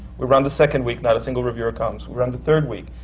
we run the second week, not a single reviewer comes. we run the third week,